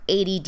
ADD